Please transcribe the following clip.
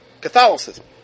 Catholicism